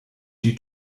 due